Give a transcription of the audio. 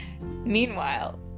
Meanwhile